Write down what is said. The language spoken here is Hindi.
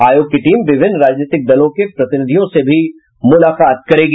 आयोग की टीम विभिन्न राजनीतिक दलों के प्रतिनिधियों से भी मुलाकात करेगी